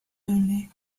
only